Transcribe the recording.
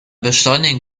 beschleunigen